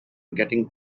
getting